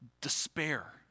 despair